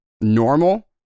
normal